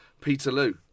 Peterloo